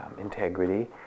integrity